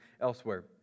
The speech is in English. elsewhere